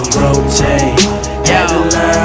rotate